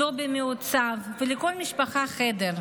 לובי מעוצב ולכל משפחה חדר.